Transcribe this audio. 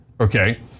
okay